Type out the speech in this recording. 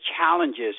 challenges